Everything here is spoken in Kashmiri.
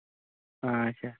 اچھا